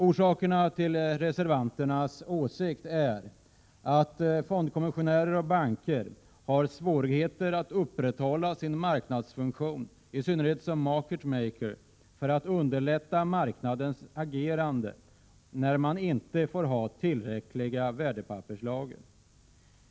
Orsaken till reservanternas åsikt är att fondkommissionärer och banker har svårigheter att upprätthålla sin marknadsfunktion, i synnerhet som market maker, för att underlätta marknadens agerande, när man inte får ha tillräckliga värdepapperslager.